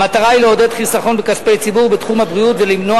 המטרה היא לעודד חיסכון בכספי ציבור בתחום הבריאות ולמנוע